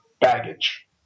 baggage